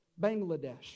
Bangladesh